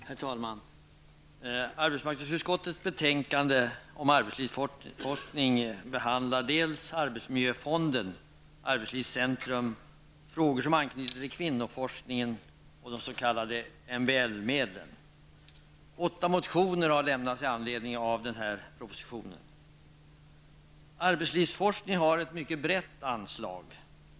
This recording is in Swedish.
Herr talman! Arbetsmarknadsutskottets betänkande om arbetslivsforskningen behandlar arbetsmiljöfonden, arbetslivscentrum, frågor som anknyter till kvinnoforskningen samt de s.k. MBL Arbetslivsforskningen har ett mycket brett anslag.